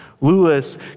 Lewis